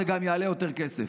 זה גם יעלה יותר כסף.